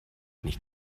nicht